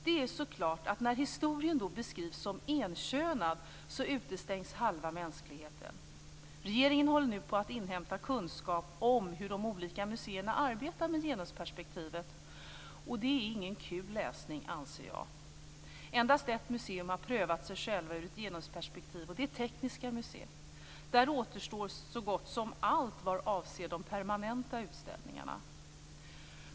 Det är klart att när historien då beskrivs som enkönad utestängs halva mänskligheten. Regeringen håller nu på att inhämta kunskap om hur de olika museerna arbetar med genusperspektivet. Det är ingen rolig läsning, anser jag. Endast ett museum har prövat sig självt ur ett genusperspektiv, och det är Tekniska museet. Där återstår så gott som allt vad avser de permanenta utställningarna.